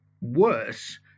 worse